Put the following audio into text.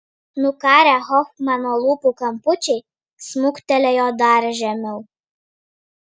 nukarę hofmano lūpų kampučiai smuktelėjo dar žemiau